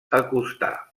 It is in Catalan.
acostar